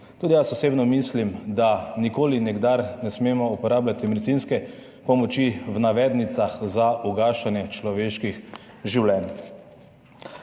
Tudi jaz osebno mislim, da nikoli in nikdar ne smemo uporabljati medicinske pomoči, v navednicah, za ugašanje človeških življenj.